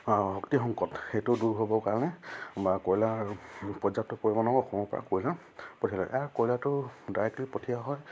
শক্তি সংকট সেইটো দূৰ হ'বৰ কাৰণে বা কয়লাৰ পৰ্যাপ্ত পৰিমাণৰ অসমৰপৰা কয়লা পঠিয়ালে ইয়াৰ কয়লাটো ডাইৰেক্টলি পঠিওয়া হয়